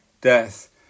death